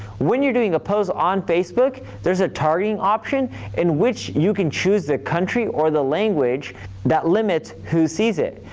when you're doing a post on facebook there's a targeting option in which you can choose the country or the language that limits who sees it.